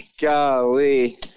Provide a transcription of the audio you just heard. golly